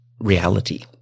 reality